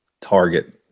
target